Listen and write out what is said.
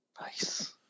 Nice